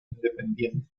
independiente